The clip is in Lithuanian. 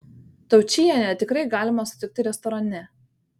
taučienę tikrai galima sutikti restorane